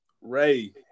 Ray